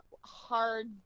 hard